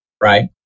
right